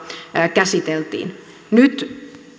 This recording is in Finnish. käsiteltiin nyt